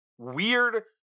Weird